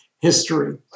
history